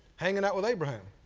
hanging out with abraham.